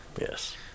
yes